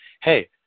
hey